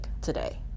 today